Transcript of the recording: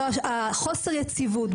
החוסר יציבות.